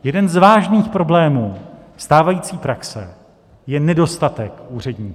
Jeden z vážných problémů stávající praxe je nedostatek úředníků.